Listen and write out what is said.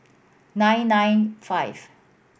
nine nine five